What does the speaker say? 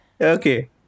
Okay